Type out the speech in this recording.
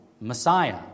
Messiah